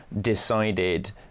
decided